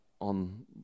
on